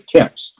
tips